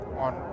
on